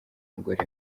mugore